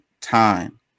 time